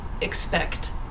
expect